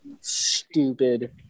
stupid